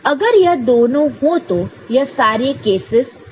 अगर यह दोनों हो तो यह सारी केसस होगे